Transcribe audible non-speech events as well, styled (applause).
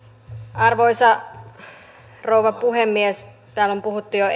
arvoisa rouva puhemies täällä on puhuttu jo (unintelligible)